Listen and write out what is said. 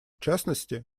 частности